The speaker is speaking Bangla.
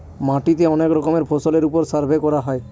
মাটিতে অনেক রকমের ফসলের ওপর সার্ভে করা হয়